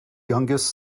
youngest